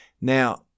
Now